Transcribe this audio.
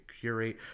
curate